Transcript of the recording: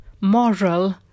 moral